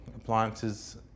appliances